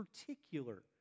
particular